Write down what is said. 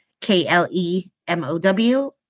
K-L-E-M-O-W